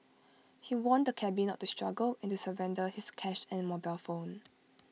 he warned the cabby not to struggle and to surrender his cash and mobile phone